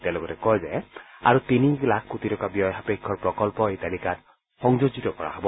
তেওঁ লগতে কয় যে আৰু তিনি লাখ কোটি টকা ব্যয় সাপেক্ষৰ প্ৰকল্প এই তালিকাত সংযোজিত কৰা হ'ব